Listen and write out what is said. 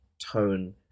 tone